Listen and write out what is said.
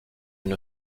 une